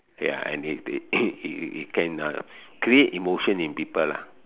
ya and it it it it uh can create emotion in people lah